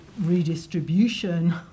redistribution